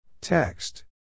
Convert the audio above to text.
Text